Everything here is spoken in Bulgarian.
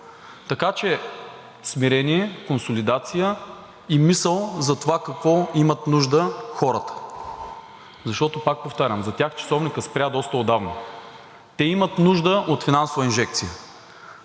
Така че – смирение, консолидация и мисъл за това от какво имат нужда хората. Пак повтарям – за тях часовникът спря доста отдавна. Те имат нужда от финансова инжекция.